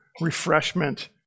refreshment